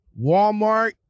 Walmart